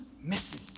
missing